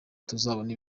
tuzabone